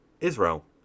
israel